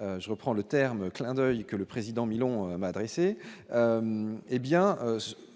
je reprends le terme clin d'oeil que le président m'adresser